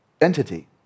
entity